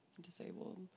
disabled